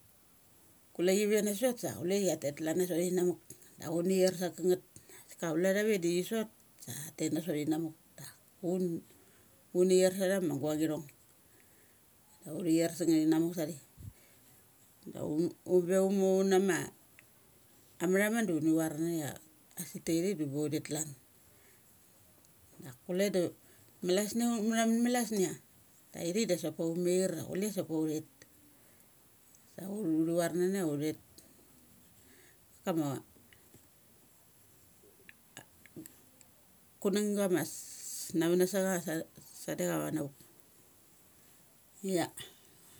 Kule chi ve na sot sa chule chiater chalan na sot inamuk. Da uni char sa kangeth. Daka chule tha ve da thi sot. sa tha tet na so inamuk. Dak un, uni char sa tha ma guang ithong. Uthi char sungngeth ia a muk sa te. Da un, unbe unmuoma am ma thamun da uni var nanaia asik tai te da unbe under klan. Da kule da malacasnia un mathamun mala chasnia. Sa ithik dasa upe umair ia ithik dasa upe umet. Sa uni var nana ia uthet. Kama kunangga ma na vana sacha sa dadecha avanavuk ia.